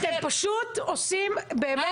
אתם עושים צחוק.